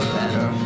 better